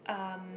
um